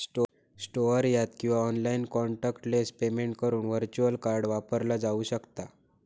store यात किंवा online contactless payment करुक व्हर्च्युअल कार्ड वापरला जाऊ शकता